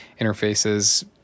interfaces